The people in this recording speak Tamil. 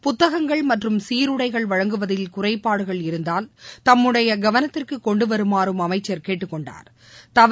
புத்தகங்கள் மற்றும் சீருடைகள் வழங்குவதில் குறைபாடுகள் இருந்தால் தம்முடையகவனத்திற்குகொண்டுவருமாறும் அமைச்சர் கேட்டுக் கொண்டாா்